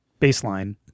baseline